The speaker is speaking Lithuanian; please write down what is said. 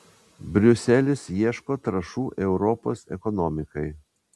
briuselis ieško trąšų europos ekonomikai